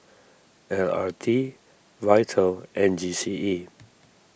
L R T Vital and G C E